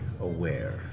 aware